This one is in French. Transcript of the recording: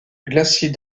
glacier